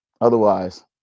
Otherwise